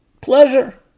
pleasure